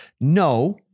No